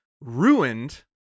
ruined